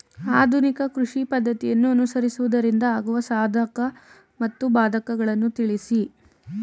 ಆಧುನಿಕ ಕೃಷಿ ಪದ್ದತಿಯನ್ನು ಅನುಸರಿಸುವುದರಿಂದ ಆಗುವ ಸಾಧಕ ಮತ್ತು ಬಾಧಕಗಳನ್ನು ತಿಳಿಸಿ?